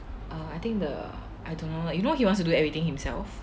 err I think the I don't know lah you know he wants to do everything himself